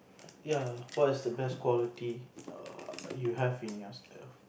ya what is the best quality err you have in yourself